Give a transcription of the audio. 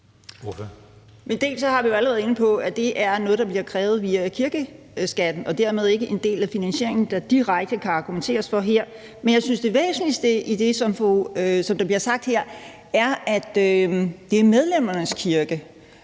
Vi har jo allerede været inde på, at det er noget, der bliver krævet via kirkeskatten og dermed ikke er en del af finansieringen, der direkte kan argumenteres for her, men jeg synes, at det væsentligste i det, som der bliver sagt her, er, at det er medlemmernes kirke.